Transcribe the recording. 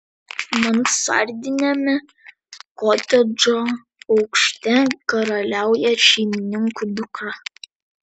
mansardiniame kotedžo aukšte karaliauja šeimininkų dukra